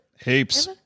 Heaps